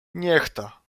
niechta